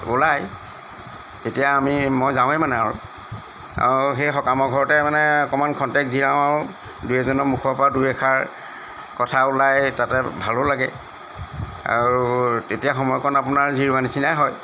ওলাই তেতিয়া আমি মই যাওঁৱেই মানে আৰু আৰু সেই সকামৰ ঘৰতে মানে অকমান ক্ষন্তেক জিৰাওঁ আৰু দুই এজনৰ মুখৰ পৰা দুই এষাৰ কথা ওলাই তাতে ভালো লাগে আৰু তেতিয়া সময়কণ আপোনাৰ জিৰোৱা নিচিনায়ে হয়